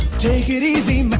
take it easy,